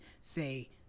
say